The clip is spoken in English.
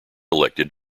elected